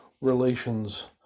relations